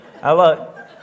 Hello